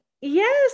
yes